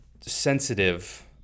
sensitive